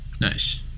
nice